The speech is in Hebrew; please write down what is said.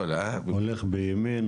הולך בימין,